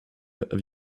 have